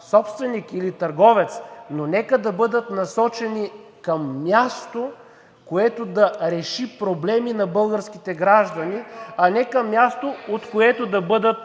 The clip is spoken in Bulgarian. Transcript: собственик или търговец, но нека да бъдат насочени към място, което да реши проблеми на българските граждани (реплика от „Продължаваме